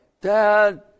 Dad